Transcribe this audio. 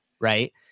right